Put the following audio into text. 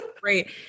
great